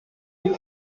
you